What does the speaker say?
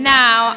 now